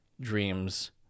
dreams